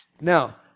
Now